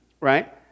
right